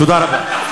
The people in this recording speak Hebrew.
תודה רבה.